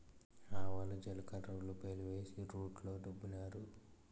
ఆవాలు జీలకర్ర ఉల్లిపాయలు వేసి రోట్లో రుబ్బినారు